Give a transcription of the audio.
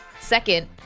Second